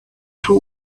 two